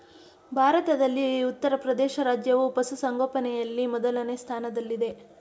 ಭಾರತದಲ್ಲಿ ಉತ್ತರಪ್ರದೇಶ ರಾಜ್ಯವು ಪಶುಸಂಗೋಪನೆಯಲ್ಲಿ ಮೊದಲನೇ ಸ್ಥಾನದಲ್ಲಿದೆ